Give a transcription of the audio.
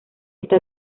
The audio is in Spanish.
está